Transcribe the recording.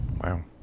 Wow